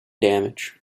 damage